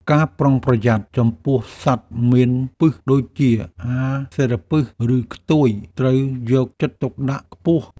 ការប្រុងប្រយ័ត្នចំពោះសត្វមានពិសដូចជា អាសិរពិស ឬខ្ទួយ ត្រូវយកចិត្តទុកដាក់ខ្ពស់។